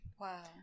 Wow